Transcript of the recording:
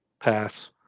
Pass